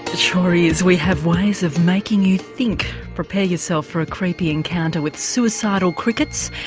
it sure is, we have ways of making you think. prepare yourself for a creepy encounter with suicidal crickets,